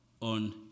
on